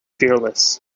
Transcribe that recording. fearless